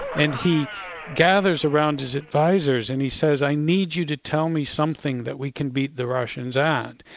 and he gathers around his advisers and he says, i need you to tell me something that we can beat the russians at,